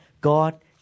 God